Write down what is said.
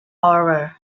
aura